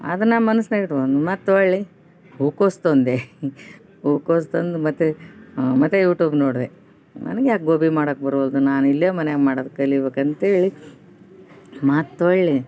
ಅದನ್ನು ಮನಸ್ನ್ಯಾಗ ಇಟ್ಕೊಂಡ್ ಮತ್ತೆ ಹೊಳ್ಳಿ ಹೂಕೋಸು ತಂದೆ ಹೂಕೋಸ್ ತಂದು ಮತ್ತೆ ಮತ್ತೆ ಯುಟ್ಯೂಬ್ ನೋಡಿದೆ ನನಿಗ್ಯಾಕೆ ಗೋಬಿ ಮಾಡಕ್ಕೆ ಬರುವಲ್ದು ನಾನು ಇಲ್ಲೇ ಮನ್ಯಾಗ ಮಾಡೋದ್ ಕಲಿಬೇಕು ಅಂತೇಳಿ ಮತ್ತೆ ಹೊಳ್ಳಿ